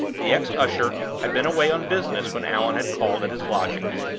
the ex-usher had been away on business when allan had called at his lodgings,